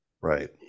Right